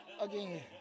again